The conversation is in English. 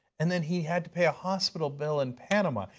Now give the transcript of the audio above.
and then he had to pay a hospital bill in panama.